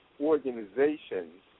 organizations